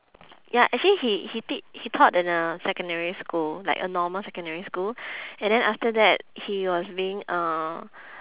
ya actually he he tea~ he taught in a secondary school like a normal secondary school and then after that he was being um